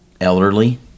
elderly